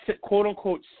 quote-unquote